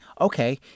Okay